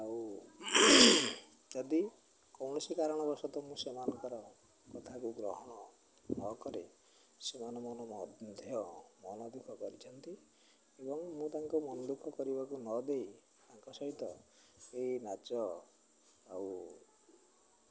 ଆଉ ଯଦି କୌଣସି କାରଣବଶତଃ ମୁଁ ସେମାନଙ୍କର କଥାକୁ ଗ୍ରହଣ ନକରେ ସେମାନେ ମଧ୍ୟ ମନ ଦୁଃଖ କରିଛନ୍ତି ଏବଂ ମୁଁ ତାଙ୍କୁ ମନ ଦୁଃଖ କରିବାକୁ ନଦେଇ ତାଙ୍କ ସହିତ ଏ ନାଚ ଆଉ